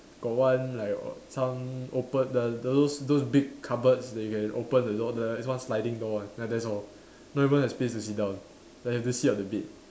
got one like some open the those those big cupboards that you can open the door there's like one sliding door one ya that's all not even a space to sit down then you have to sit on the bed